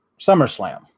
SummerSlam